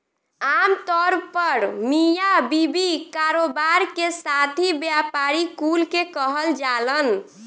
आमतौर पर मिया बीवी, कारोबार के साथी, व्यापारी कुल के कहल जालन